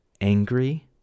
angry